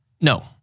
No